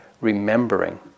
remembering